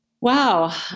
Wow